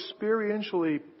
experientially